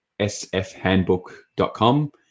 sfhandbook.com